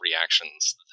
reactions